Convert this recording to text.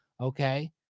okay